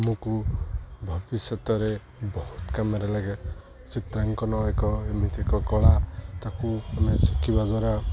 ଆମକୁ ଭବିଷ୍ୟତରେ ବହୁତ କାମରେ ଲାଗେ ଚିତ୍ରାଙ୍କନ ଏକ ଏମିତି ଏକ କଳା ତାକୁ ଆମେ ଶିଖିବା ଦ୍ୱାରା